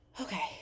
okay